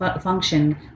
function